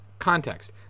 context